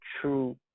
true